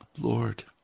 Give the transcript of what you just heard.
Lord